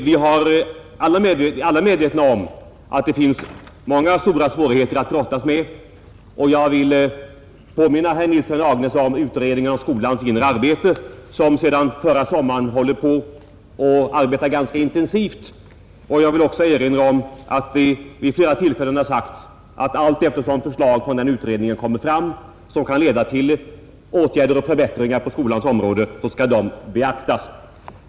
Vi är alla medvetna om att det finns många stora svårigheter att brottas med, och jag vill påminna herr Nilsson i Agnäs om utredningen om skolans inre arbete, som sedan förra sommaren arbetar ganska intensivt. Jag vill också erinra om att det vid flera tillfällen har sagts att allteftersom den utredningen framlägger förslag, som kan leda till åtgärder och förbättringar på skolans område, skall dessa förslag beaktas.